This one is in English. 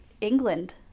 England